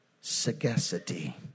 Sagacity